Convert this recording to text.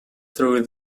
through